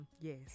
Yes